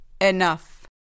Enough